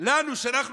לנו שאנחנו